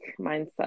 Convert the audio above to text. mindset